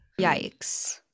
Yikes